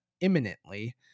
imminently